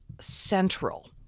central